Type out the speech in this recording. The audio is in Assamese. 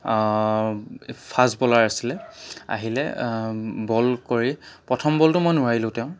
ফাষ্ট বলাৰ আছিলে আহিলে বল কৰি প্ৰথম বলটো মই নোৱাৰিলোঁ তেওঁৰ